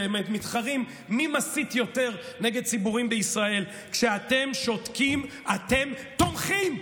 הם מתחרים מי מסית יותר נגד ציבורים בישראל: כשאתם שותקים אתם תומכים.